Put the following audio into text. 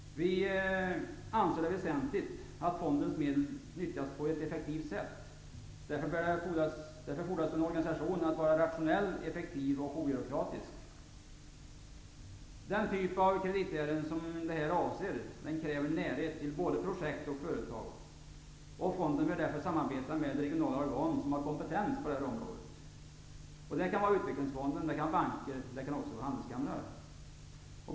Vi anser det dock väsentligt att fondens medel utnyttjas på ett effektivt sätt. Därför bör fondens organisation vara rationell, effektiv och obyråkratisk. Den typ av kreditärenden som det här avser kräver närhet till både projekt och företag. Fonden bör därför samarbeta med regionala organ som har kompetens på området. Detta kan vara utvecklingsfonder och banker, men även handelskamrar.